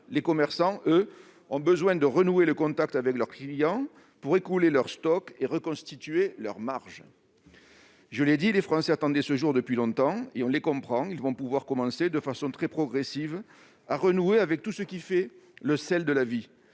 Les commerçants, eux, ont besoin de renouer le contact avec leurs clients pour écouler leurs stocks et reconstituer leurs marges. Je l'ai dit : les Français attendaient ce jour depuis longtemps, et on les comprend : ils vont pouvoir, de façon très progressive, retrouver tout ce qui fait le sel de la vie.